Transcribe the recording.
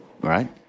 right